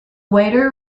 waiter